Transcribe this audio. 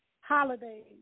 holidays